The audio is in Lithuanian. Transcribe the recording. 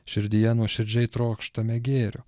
širdyje nuoširdžiai trokštame gėrio